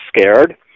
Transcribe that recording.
scared